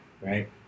right